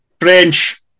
French